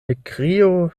ekkrio